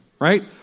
right